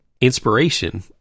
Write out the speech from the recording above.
inspiration